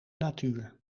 natuur